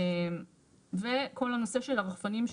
וכל הנושא של הרחפנים,